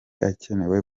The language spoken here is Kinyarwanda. akenewe